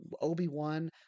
Obi-Wan